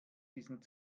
diesen